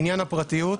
עניין הפרטיות,